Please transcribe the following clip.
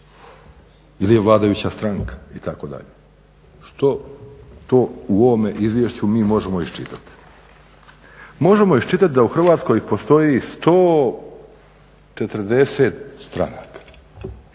ili vladajuća stranka itd. Što to u ovome izvješću mi možemo iščitati? Možemo iščitati da u Hrvatskoj postoji 140 stranaka.